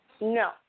no